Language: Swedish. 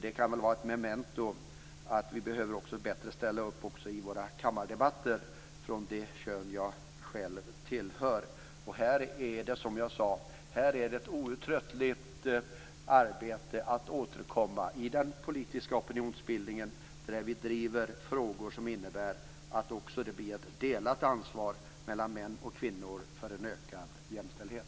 Det kan väl vara ett memento att det behövs bättre uppställning i våra kammardebatter från det kön som jag själv tillhör. Här återstår ett outröttligt arbete. Det gäller politisk opinionsbildning där vi driver frågor som innebär ett delat ansvar mellan män och kvinnor för en ökad jämställdhet.